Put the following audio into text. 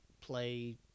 play